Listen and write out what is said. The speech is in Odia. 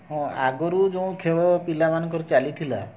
ହଁ ଆଗରୁ ଯେଉଁ ଖେଳ ପିଲାମାନଙ୍କର ଚାଲିଥିଲା